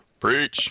Preach